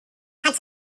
had